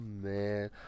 man